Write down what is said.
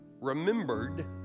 remembered